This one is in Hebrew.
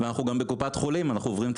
ואנחנו גם בקופת חולים אנחנו עוברים את